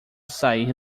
sair